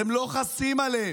אתם לא חסים עליהם.